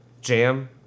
Jam